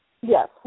Yes